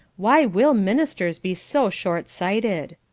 why will ministers be so shortsighted?